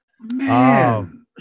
Man